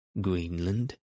Greenland